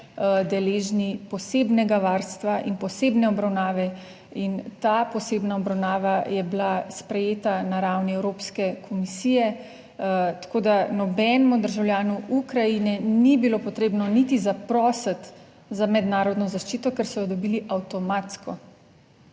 deležni posebnega varstva in posebne obravnave in ta posebna obravnava je bila sprejeta na ravni Evropske komisije, tako da nobenemu državljanu Ukrajine ni bilo potrebno niti zaprositi za mednarodno zaščito, ker so jo dobili avtomatsko.